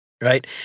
right